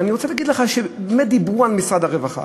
ואני רוצה להגיד לך שבאמת דיברו על משרד הרווחה,